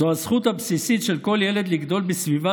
זו הזכות הבסיסית של כל ילד לגדול בסביבה